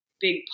big